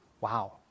Wow